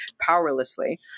powerlessly